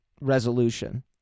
resolution